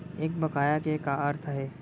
एक बकाया के का अर्थ हे?